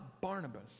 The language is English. Barnabas